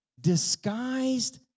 disguised